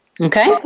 Okay